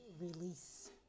release